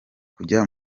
kujya